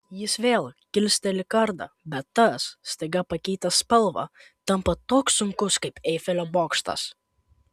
jis vėl kilsteli kardą bet tas staiga pakeitęs spalvą tampa toks sunkus kaip eifelio bokštas